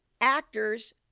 actors